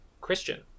Christian